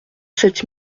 sept